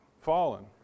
fallen